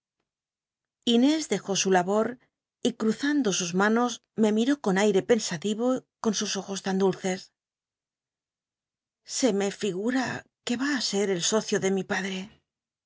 inés dejó su labor y cmzanclo sus manos me mitó con nite pensativo con sus ojos tan dulces se me figura que va á ser el socio de mi padre